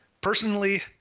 Personally